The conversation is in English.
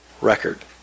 record